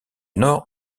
nord